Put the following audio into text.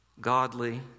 godly